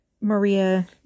Maria